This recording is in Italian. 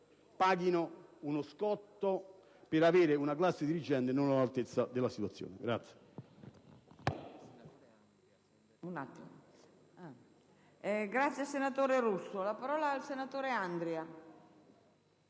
paghino uno scotto per avere una classe dirigente non all'altezza della situazione.